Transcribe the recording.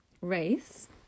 race